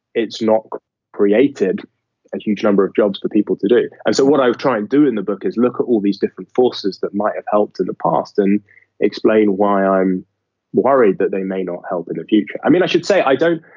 it's not created a huge number of jobs for people to do. and so what i would try and do in the book is look at all these different forces that might have helped in the past and explain why i'm worried that they may not help in the future. i mean, i should say i don't.